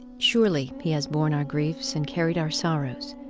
surely he has born our griefs and carried our sorrows,